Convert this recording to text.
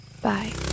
bye